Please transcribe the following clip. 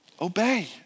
Obey